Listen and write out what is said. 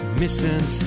missing